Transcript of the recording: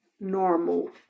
normal